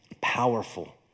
powerful